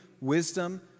wisdom